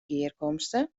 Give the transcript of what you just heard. gearkomste